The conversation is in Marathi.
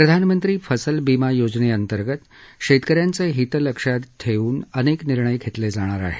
प्रधानमंत्री फसल बिमा योज़ने अंतर्गत शेतकऱ्यांचं हित लक्षात ठेवून अनेक निर्णय घेतले जाणार आहेत